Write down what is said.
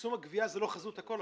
מיקסום הגבייה זו לא חזות הכל.